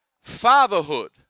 fatherhood